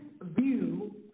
view